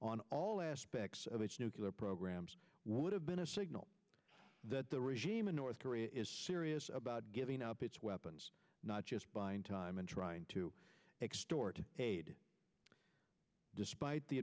on all aspects of its nuclear programs would have been a signal that the regime in north korea is serious about giving up its weapons not just buying time and trying to extort aid despite the